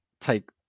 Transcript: take